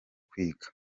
kwiga